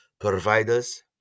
providers